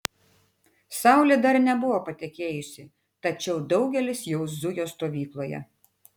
saulė dar nebuvo patekėjusi tačiau daugelis jau zujo stovykloje